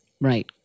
Right